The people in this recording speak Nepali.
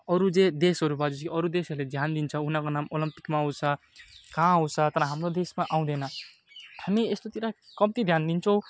अरू जे देशहरू भए पछि अरू देशहरले ध्यान दिन्छ उनीहरूको नाम ओलिम्पिकमा आउँछ कहाँ आउँछ तर हाम्रो देशमा आउँदैन हामी यस्तोतिर कम्ती ध्यान दिन्छौँ